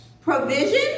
provision